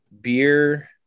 beer